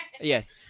Yes